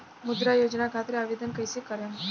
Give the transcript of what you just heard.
मुद्रा योजना खातिर आवेदन कईसे करेम?